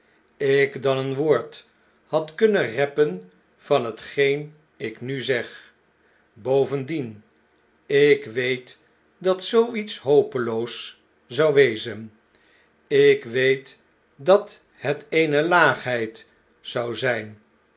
ik dan een woord had kunnen reppen vanhetgeen ik nu zeg bovendien ik weet dat zoo iets hopeloos zou wezen ik weet dat het eene laagheid zou zijn